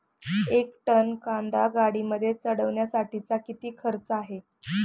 एक टन कांदा गाडीमध्ये चढवण्यासाठीचा किती खर्च आहे?